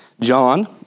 John